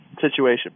situation